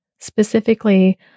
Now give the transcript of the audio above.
Specifically